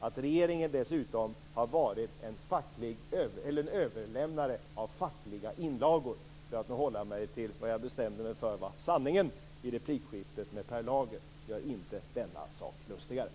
Att regeringen dessutom har varit en överlämnare av fackliga inlagor - för att nu hålla mig till vad jag bestämde mig för var sanningen i replikskiftet med Per Lager - gör inte denna sak lustigare.